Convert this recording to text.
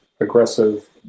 aggressive